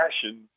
passion